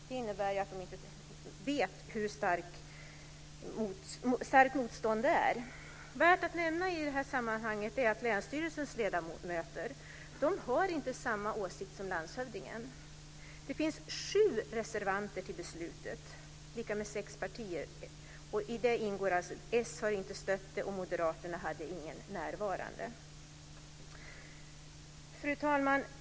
Det innebär att verket inte vet hur starkt motståndet är. Det är värt att nämna i sammanhanget att länsstyrelsens ledamöter inte har samma åsikt som landshövdingen. Det finns sju reservanter till beslutet, vilket är lika med sex partier. S har inte stött beslutet, och Moderaterna hade ingen representant närvarande. Fru talman!